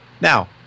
Now